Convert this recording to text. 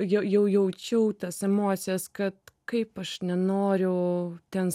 ja jau jaučiau tas emocijas kad kaip aš nenoriu ten